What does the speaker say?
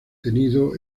tenido